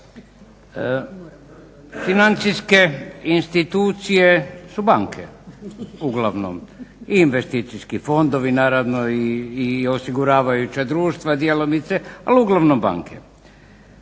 Financijske institucije su banke uglavnom, investicijski fondovi naravno i osiguravajuća društva djelomice, ali uglavnom banke.